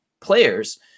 players